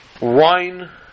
Wine